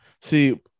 See